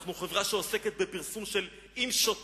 אנו חברה שעוסקת בפרסום של "אם שותים